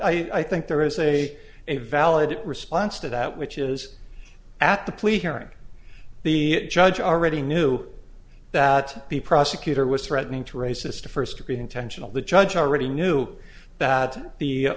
i think there is a a valid response to that which is at the plea hearing the judge already knew that the prosecutor was threatening to raise this to first degree intentional the judge already knew that the